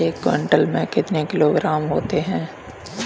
एक क्विंटल में कितने किलोग्राम होते हैं?